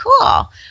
cool